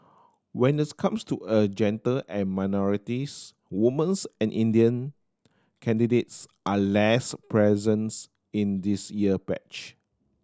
when it comes to a gender and minorities woman's and Indian candidates are less presents in this year batch